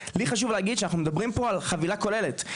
לי חשוב להגיד שאנחנו מדברים פה על חבילה כוללת,